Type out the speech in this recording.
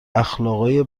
اخلاقای